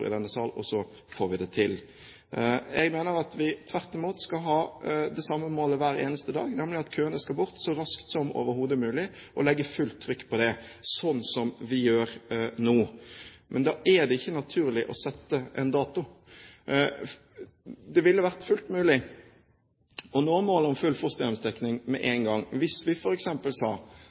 i denne sal, og så får vi det til. Jeg mener at vi tvert imot skal ha det samme målet hver eneste dag, nemlig at køene skal bort så raskt som overhodet mulig, legge fullt trykk på det, slik vi gjør nå. Da er det ikke naturlig å sette en dato. Det ville vært fullt mulig å nå målet om full fosterhjemsdekning med en gang hvis vi f.eks. sa